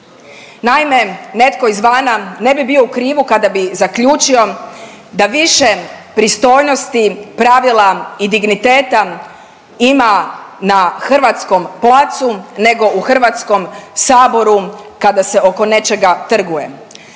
Naime, netko izvana ne bi bio u krivu kada bi zaključio da više pristojnosti pravila i digniteta ima na hrvatskom placu nego u HS kada se oko nečega trguje.